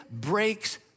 breaks